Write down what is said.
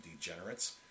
degenerates